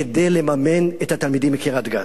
כדי לממן את התלמידים מקריית-גת.